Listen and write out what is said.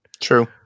True